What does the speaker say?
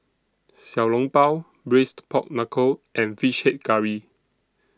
Xiao Long Bao Braised Pork Knuckle and Fish Head Curry